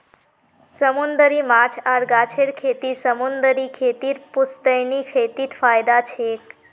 समूंदरी माछ आर गाछेर खेती समूंदरी खेतीर पुश्तैनी खेतीत फयदा छेक